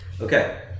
Okay